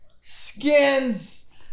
Skins